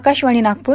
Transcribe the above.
Akashvani Nagpur